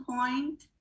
point